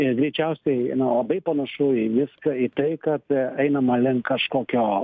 ir greičiausiai na labai panašu į viską į tai kad einama link kažkokio